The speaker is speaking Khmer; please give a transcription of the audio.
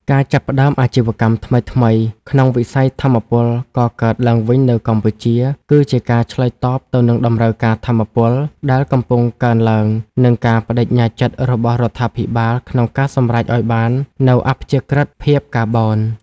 ការចាប់ផ្ដើមអាជីវកម្មថ្មីៗក្នុងវិស័យថាមពលកកើតឡើងវិញនៅកម្ពុជា គឺជាការឆ្លើយតបទៅនឹងតម្រូវការថាមពលដែលកំពុងកើនឡើង និងការប្ដេជ្ញាចិត្តរបស់រដ្ឋាភិបាលក្នុងការសម្រេចឱ្យបាននូវអព្យាក្រឹតភាពកាបូន។